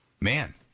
Man